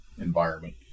environment